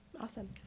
awesome